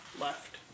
left